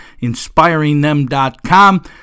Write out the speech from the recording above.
inspiringthem.com